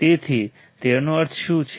તેથી તેનો અર્થ શું છે